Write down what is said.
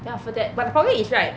then after that but the problem is right